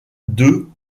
deux